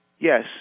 Yes